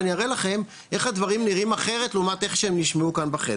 ואני אראה לכם איך הדברים נראים אחרת לעומת איך שהם נשמעו כאן בחדר.